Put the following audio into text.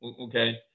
okay